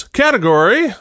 category